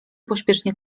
pośpiesznie